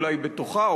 אולי בתוכה,